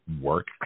work